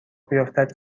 بیفتد